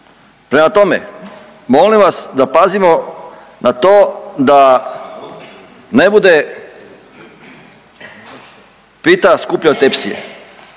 Prema tome, molim vas da pazimo na to da ne bude „pita skuplja od tepsije“